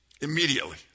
Immediately